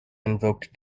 invoked